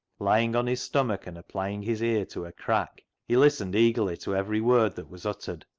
lying on his stomach and applying his ear to a crack, he listened eagerly to every word that was uttered.